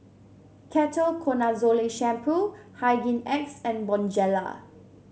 Ketoconazole Shampoo Hygin X and Bonjela